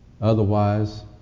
Otherwise